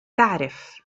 تعرف